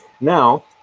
Now